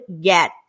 get